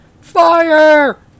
Fire